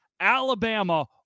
Alabama